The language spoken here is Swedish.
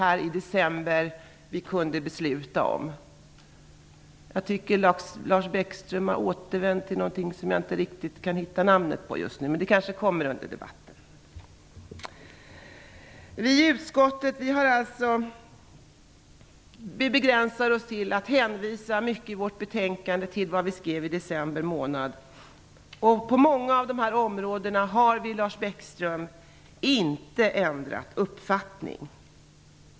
Jag tycker att Lars Bäckström har återvänt till någonting som jag inte riktigt kan hitta namnet på just nu, men det kanske kommer under debatten. Vi i utskottet begränsar oss till att hänvisa mycket i vårt betänkande till vad vi skrev i december månad. På många av dessa områden har Lars Bäckström inte ändrat uppfattning.